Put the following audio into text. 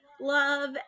love